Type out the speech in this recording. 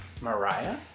Mariah